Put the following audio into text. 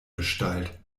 gestalt